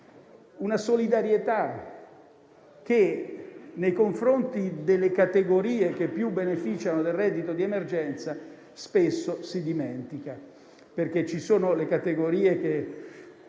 una solidarietà che, nei confronti delle categorie che più beneficiano del reddito di emergenza, spesso si dimentica. Ci sono infatti le categorie che